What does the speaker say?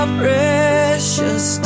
precious